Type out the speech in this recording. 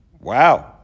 Wow